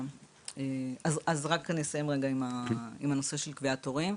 אסיים רגע עם נושא קביעת התורים.